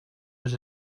was